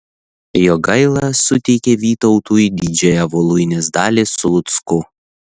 jogaila suteikė vytautui didžiąją voluinės dalį su lucku